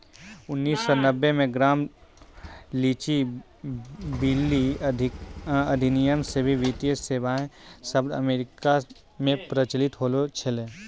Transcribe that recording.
उन्नीस सौ नब्बे मे ग्राम लीच ब्लीली अधिनियम से ही वित्तीय सेबाएँ शब्द अमेरिका मे प्रचलित होलो छलै